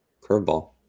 Curveball